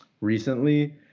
recently